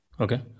Okay